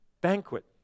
banquet